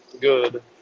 good